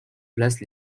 place